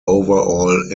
overall